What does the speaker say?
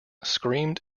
screamed